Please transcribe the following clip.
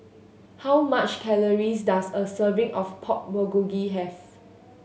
how much calories does a serving of Pork Bulgogi have